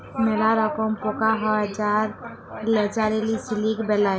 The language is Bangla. ম্যালা রকম পকা হ্যয় যারা ল্যাচারেলি সিলিক বেলায়